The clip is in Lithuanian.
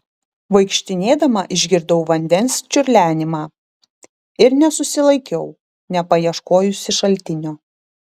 vaikštinėdama išgirdau vandens čiurlenimą ir nesusilaikiau nepaieškojusi šaltinio